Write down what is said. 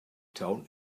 town